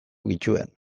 genituen